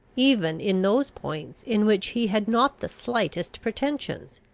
even in those points in which he had not the slightest pretensions.